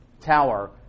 tower